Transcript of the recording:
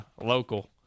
local